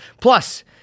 Plus